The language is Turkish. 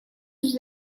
yüz